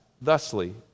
thusly